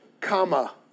comma